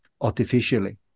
artificially